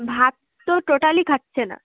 ভাত তো টোটালি খাচ্ছে না